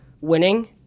winning